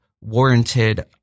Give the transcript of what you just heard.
warranted